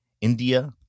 India